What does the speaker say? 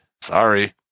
Sorry